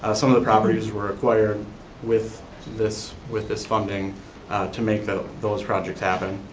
ah some of the properties were acquired with this with this funding to make those those projects happen.